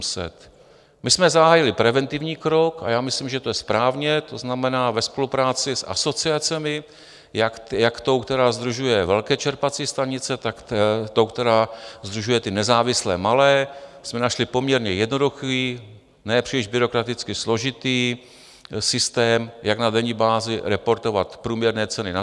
My jsme zahájili preventivní krok, a já myslím, že to je správně, to znamená, ve spolupráci s asociacemi jak tou, která sdružuje velké čerpací stanice, tak tou, která sdružuje ty nezávislé malé jsme našli poměrně jednoduchý, ne příliš byrokraticky složitý systém, jak na denní bázi reportovat průměrné ceny na totemech.